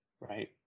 right